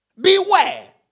Beware